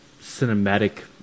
cinematic